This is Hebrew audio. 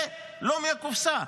זה לא מהקופסה.